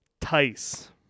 tice